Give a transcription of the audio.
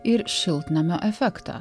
ir šiltnamio efektą